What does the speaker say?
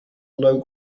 low